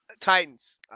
Titans